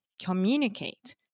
communicate